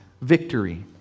victory